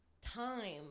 time